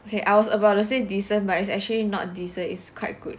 okay I was about to say decent but it's actually not decent is quite good